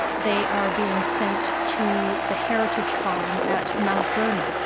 they are being sent to the heritage farm at mount vernon,